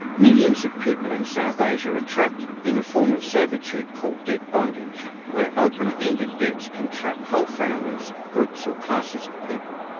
millions of people in south asia are ah trapped in a form of servitude called debt bondage, where open-ended debts can trap whole families, groups or classes of people.